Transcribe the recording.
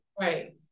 Right